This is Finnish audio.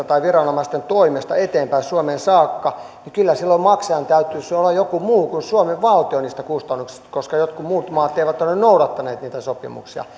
tai viranomaisten toimesta eteenpäin suomeen saakka niin kyllä silloin maksajan täytyisi olla joku muu kuin suomen valtio niistä kustannuksista koska jotkut muut maat eivät ole noudattaneet niitä sopimuksia